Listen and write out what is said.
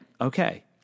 okay